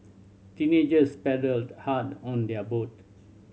teenagers paddled hard on their boat